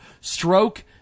stroke